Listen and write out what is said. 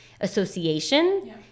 association